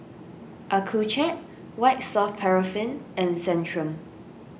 Accucheck White Soft Paraffin and Centrum